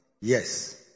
Yes